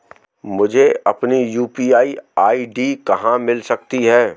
मुझे अपनी UPI ID कहां मिल सकती है?